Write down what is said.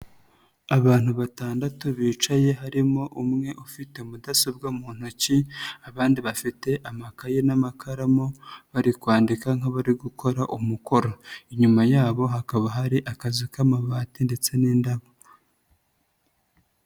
Abantu batandatu bicaye harimo umwe ufite mudasobwa mu ntoki, abandi bafite amakaye n'amakaramu bari kwandika nk'abari gukora umukoro, inyuma yabo hakaba hari akazi k'amabati ndetse n'indabo.